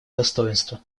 достоинство